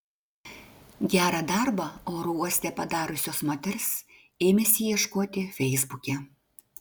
gerą darbą oro uoste padariusios moters ėmėsi ieškoti feisbuke